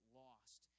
lost